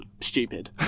stupid